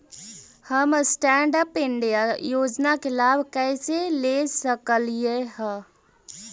हम stand up India योजना के लाभ कइसे ले सकलिअई हे